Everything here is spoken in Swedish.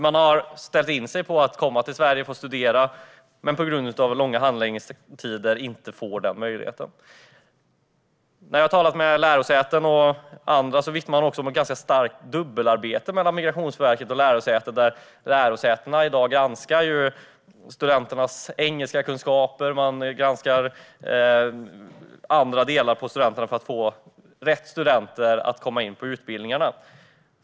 Man har ställt in sig på att komma till Sverige och studera, men på grund av långa handläggningstider får man inte den möjligheten. Jag har talat med lärosäten och andra som vittnar om att det sker ett dubbelarbete mellan Migrationsverket och lärosätet. Lärosätena granskar i dag studenternas engelskkunskaper och andra kunskaper för att få rätt studenter till utbildningarna.